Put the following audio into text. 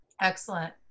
Excellent